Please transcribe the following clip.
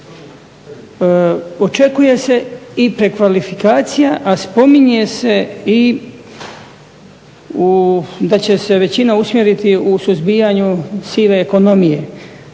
Očekuje se i prekvalifikacija, a spominje se i da će se većina usmjeriti u suzbijanju sive ekonomije.